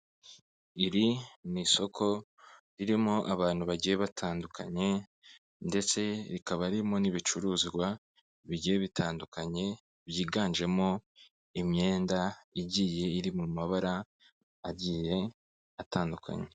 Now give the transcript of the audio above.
Iri ni isoko ririmo abantu bagiye batandukanye ndetse rikaba ririmo n'ibicuruzwa bigiye bitandukanye byiganjemo imyenda igiye iri mu mabara agiye atandukanye.